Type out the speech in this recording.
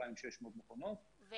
2,600 מכונות שרלוונטיות לאירוע.